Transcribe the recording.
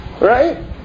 right